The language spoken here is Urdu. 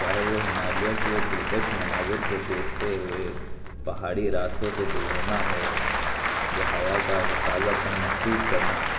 چاہے وہ ہمالیہ کی وہ دلکش مناظر کو دیکھتے ہوئے پہاڑی راستوں سے گزرنا ہو یا ہوا کا وہ تازہ پن محسوس کرنا ہو